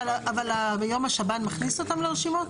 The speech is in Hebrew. אבל היום השב"ן מכניס אותם לרשימות?